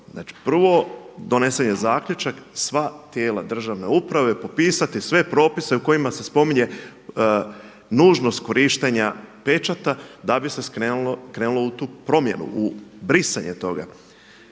1. donesen je zaključak, sva tijela državne uprave popisati sve propise u kojima se spominje nužnost korištenja pečata da bi se krenulo u tu promjenu, u brisanje toga.